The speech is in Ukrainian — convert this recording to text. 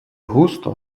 густо